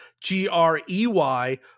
G-R-E-Y